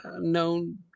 known